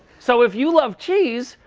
so if you love cheese,